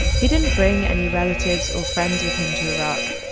he didn't bring any relatives or friends with him to iraq.